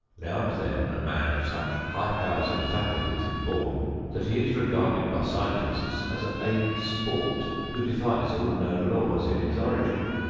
now and then a man of such high powers and faculties is born that he is regarded by scientists as a sport who defies all known laws in his origin.